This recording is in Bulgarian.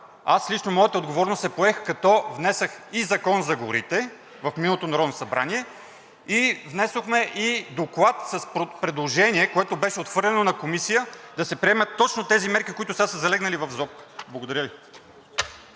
Аз лично моята отговорност я поех, като внесох и Закон за горите в миналото Народно събрание, и внесохме и Доклад с предложение, което беше отхвърлено в Комисията – да се приемат точно тези мерки, които сега са залегнали в ЗОП. Благодаря Ви.